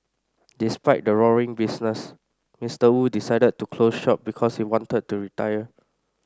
despite the roaring business Mister Wu decided to close shop because he wanted to retire